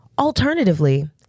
alternatively